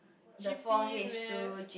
G P math